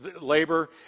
labor